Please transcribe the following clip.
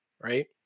right